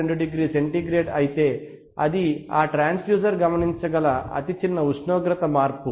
2 degree centigrade అయితే అది ఆ ట్రాన్స్ డ్యూసర్ గమనించగల అతిచిన్న ఉష్ణోగ్రత మార్పు